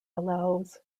allows